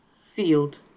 Sealed